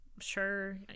Sure